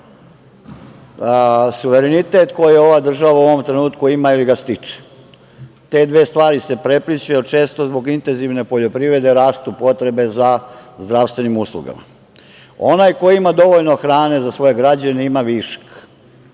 suverenitet koji ova država u ovom trenutku ima ili ga stiče. Te dve stvari se prepliću, jer često zbog intenzivne poljoprivrede rastu potrebe za zdravstvenim uslugama. Onaj koji ima dovoljno hrane za svoje građane, ima višak,